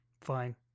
Fine